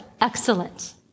excellent